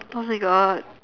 oh my god